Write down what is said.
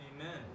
Amen